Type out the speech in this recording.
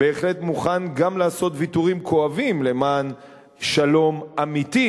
בהחלט מוכן גם לעשות ויתורים כואבים למען שלום אמיתי,